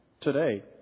today